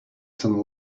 some